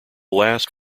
last